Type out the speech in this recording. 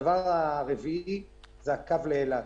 דבר רביעי זה הקו לאילת.